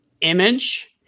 image